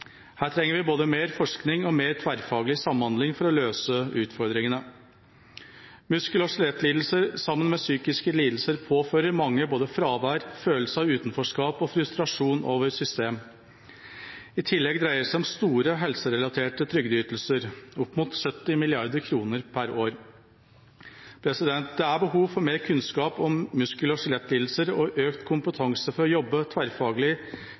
Her trenger vi både mer forskning og mer tverrfaglig samhandling for å løse utfordringene. Muskel- og skjelettlidelser påfører sammen med psykiske lidelser mange både fravær, følelse av utenforskap og frustrasjon over system. I tillegg dreier det seg om store helserelaterte trygdeytelser, opp mot 70 mrd. kr per år. Det er behov for mer kunnskap om muskel- og skjelettlidelser og økt kompetanse for å jobbe tverrfaglig,